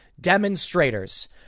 Demonstrators